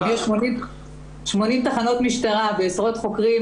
80 תחנות משטרה ועשרות חוקרים,